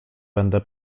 będę